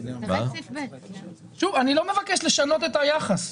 אני לא מבקש לשנות את היחס.